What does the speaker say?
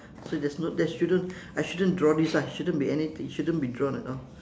so there's no that shouldn't I shouldn't draw this ah shouldn't be anything it shouldn't be drawn at all